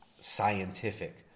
scientific